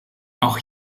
auch